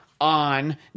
on